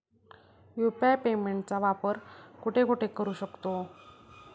UPI पेमेंटचा वापर कुठे कुठे करू शकतो?